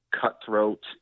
Cutthroat